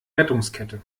rettungskette